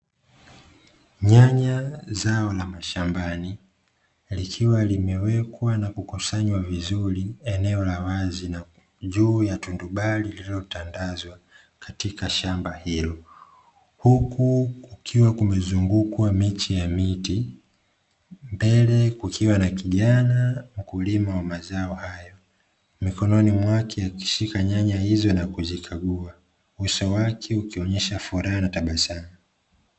Nyanya zao la mashambani, likiwa limewekwa na kukusanywa vizuri eneo la wazi na juu ya tundubali lililotandazwa katika shamba hilo, huku kukiwa kumezungukwa miche ya miti, mbele kukiwa na kijana mkulima wa mazao hayo, mikononi mwake akishika nyanya hizo na kuzikagua, uso wake ukionyesha furaha na tabasamu.